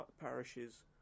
parishes